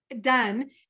Done